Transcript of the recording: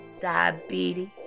diabetes